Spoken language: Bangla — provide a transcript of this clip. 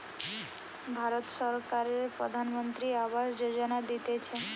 ভারত সরকারের প্রধানমন্ত্রী আবাস যোজনা দিতেছে